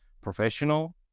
professional